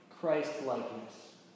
Christ-likeness